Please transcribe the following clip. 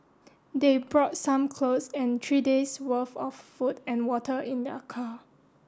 they brought some clothes and three day's worth of food and water in their car